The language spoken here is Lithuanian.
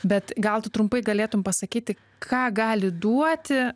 bet gal tu trumpai galėtum pasakyti ką gali duoti